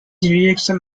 rejection